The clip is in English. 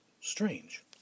strange